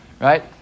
right